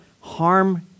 harm